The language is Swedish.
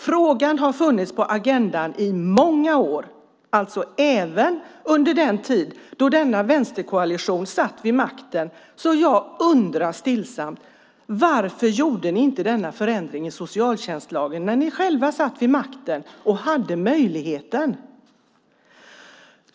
Frågan har funnits på agendan i många år, alltså även under den tid då denna vänsterkoalition satt vid makten. Jag undrar stillsamt: Varför gjorde ni inte en förändring i socialtjänstlagen när ni själva satt vid makten och hade möjligheten?